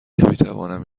نمیتوانم